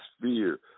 fear